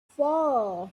four